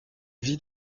vit